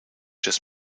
just